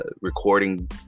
recording